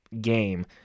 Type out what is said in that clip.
game